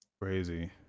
Crazy